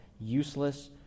useless